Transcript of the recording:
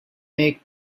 make